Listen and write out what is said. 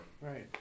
Right